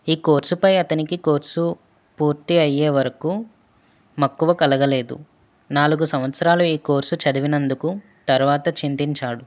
ఈ కోర్సుపై అతనికి కోర్సు పూర్తి అయ్యేవరకు మక్కువ కలగలేదు నాలుగు సంవత్సరాలు ఈ కోర్సు చదివినందుకు తరువాత చింతించాడు